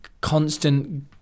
constant